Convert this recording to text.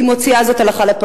והיא מוציאה זאת לפועל,